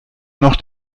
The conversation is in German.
noch